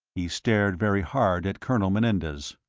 he stared very hard at colonel menendez.